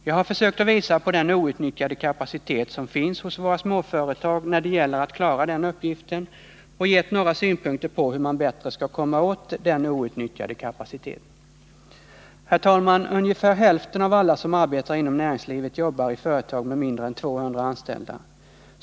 Jag har försökt att visa på den outnyttjade kapacitet som finns hos våra småföretag när det gäller att klara den uppgiften och gett några synpunkter på hur man bättre skall komma åt den outnyttjade kapaciteten. Herr talman! Ungefär hälften av alla som arbetar inom näringslivet jobbar i företag med mindre än 200 anställda.